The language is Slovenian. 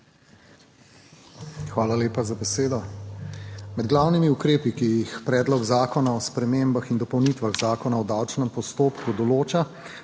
Hvala lepa za besedo. Med glavnimi ukrepi, ki jih Predlog zakona o spremembah in dopolnitvah Zakona o davčnem postopku določa,